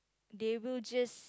they will just